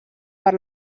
per